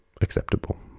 acceptable